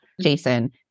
Jason